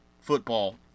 football